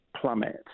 plummet